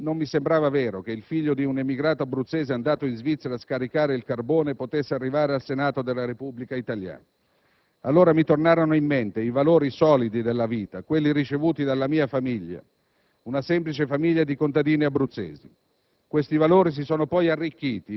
Quando sono stato eletto non mi sembrava vero che il figlio di un emigrato abruzzese andato in Svizzera a scaricare il carbone potesse arrivare al Senato della Repubblica italiana. Allora mi tornarono in mente i valori solidi della vita, quelli ricevuti dalla mia famiglia; una semplice famiglia di contadini abruzzesi.